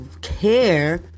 care